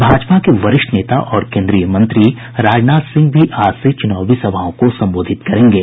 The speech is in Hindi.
भाजपा के वरिष्ठ नेता और केन्द्रीय मंत्री राजनाथ सिंह भी आज से चुनावी सभाओं को संबोधित करेंगे